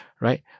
right